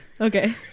okay